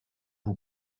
vous